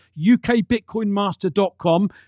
UKBitcoinMaster.com